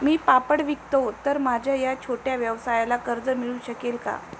मी पापड विकतो तर माझ्या या छोट्या व्यवसायाला कर्ज मिळू शकेल का?